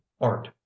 art